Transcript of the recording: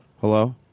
Hello